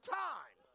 time